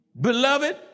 Beloved